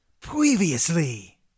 Previously